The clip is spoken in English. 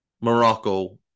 Morocco